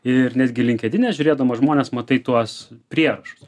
ir netgi linkedine žiūrėdama žmones matai tuos prierašus